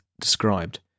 described